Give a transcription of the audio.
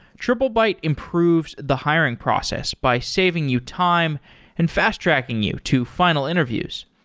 triplebyte improves the hiring process by saving you time and fast-tracking you to final interviews.